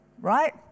right